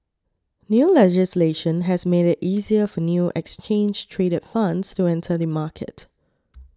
new legislation has made it easier for new exchange traded funds to enter the market